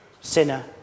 sinner